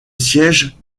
siège